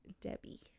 Debbie